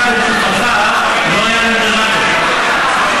בתקופתך לא היה נומרטור.